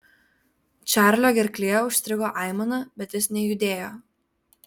čarlio gerklėje užstrigo aimana bet jis nejudėjo